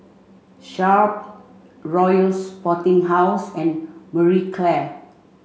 Sharp Royal Sporting House and Marie Claire